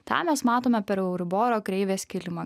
tą mes matome per euriboro kreivės kilimą